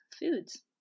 foods